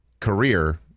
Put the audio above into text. career